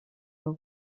rue